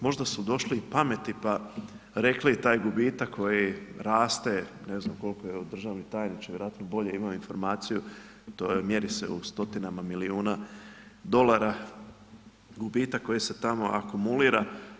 Možda su došli i pameti pa rekli i taj gubitak, koji raste, ne znam koliko evo i državni tajniče, vjerojatno bolje ima informaciju, to je mjeri se u stotinama milijuna dolara, gubitka koji se tamo akumulira.